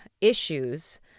issues